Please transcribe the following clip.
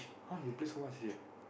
!huh! you play so much already ah